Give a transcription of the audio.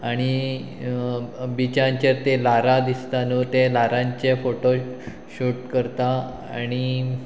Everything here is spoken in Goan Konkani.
आनी बिचांचेर ते लारां दिसता न्हू ते लारांचे फोटो शूट करता आनी